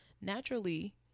Naturally